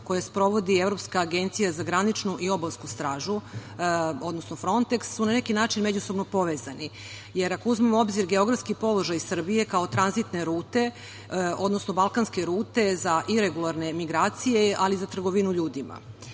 koje sprovodi evropska Agencija za graničnu i obalsku stražu, odnosno Fronteks, su na neki način međusobno povezani, ako uzmemo u obzir geografski položaj Srbije kao tranzitne rute, odnosno balkanske rute za iregularne imigracije, ali i za trgovinu ljudima. Danas